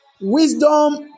wisdom